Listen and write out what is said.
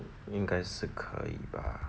应该是可以吧